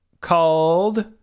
called